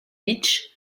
bitche